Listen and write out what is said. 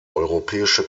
europäische